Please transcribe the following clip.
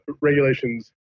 regulations